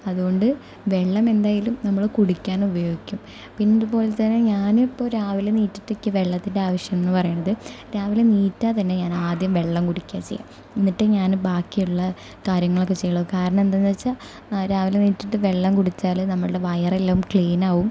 അതുകൊണ്ട് വെള്ളം എന്തായാലും നമ്മൾ കുടിക്കാൻ ഉപയോഗിക്കും പിന്നതുപോലെ തന്നെ ഞാൻ ഇപ്പോൾ രാവിലെ എണീറ്റിട്ട് എനിക്ക് വെള്ളത്തിൻ്റെ ആവശ്യമെന്നു പറയുന്നത് രാവിലെ എണീറ്റാൽത്തന്നെ ഞാൻ ആദ്യം വെള്ളംകുടിക്യ ചെയ്യുന്നത് എന്നിട്ട് ഞാൻ ബാക്കിയുള്ള കാര്യങ്ങളൊക്കെ ചെയ്യുകയുള്ളൂ കരണമെന്താണെന്നു വെച്ചാൽ രാവിലെ എണീറ്റിട്ട് വെള്ളം കുടിച്ചാൽ നമ്മളുടെ വയറെല്ലാം ക്ലീനാകും